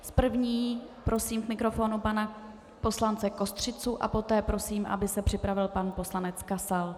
S první prosím k mikrofonu pana poslance Kostřicu a poté prosím, aby se připravil pan poslanec Kasal.